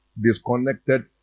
disconnected